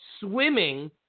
Swimming